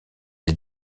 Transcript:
les